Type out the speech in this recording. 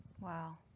Wow